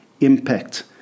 impact